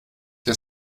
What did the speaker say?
der